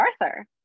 Arthur